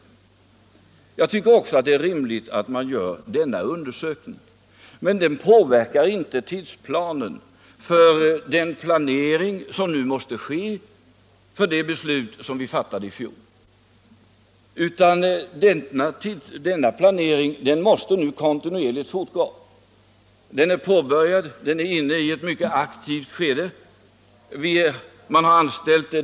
Jag tycker det är rimligt att man gör en sådan undersökning, men den påverkar inte tidsschemat för den planering som nu måste ske på grund åv det beslut som vi fattade i fjol. Den planeringen måste nu fortgå kontinuerligt, den är påbörjad och nu inne i ett mycket aktivt skede.